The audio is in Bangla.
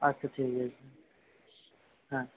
আচ্ছা ঠিক আছে হ্যাঁ